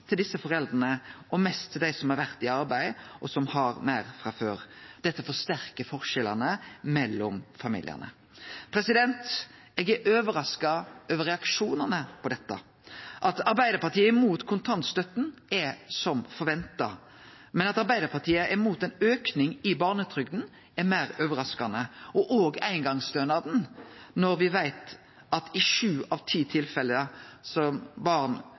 til desse foreldra og mest til dei som har vore i arbeid, og som har meir frå før. Dette forsterkar forskjellane mellom familiane. Eg er overraska over reaksjonane på dette. At Arbeidarpartiet er imot kontantstøtta, er som forventa. At Arbeidarpartiet er imot ein auke i barnetrygda, er meir overraskande – og òg eingongsstønaden, når me veit at i sju av ti tilfelle